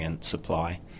Supply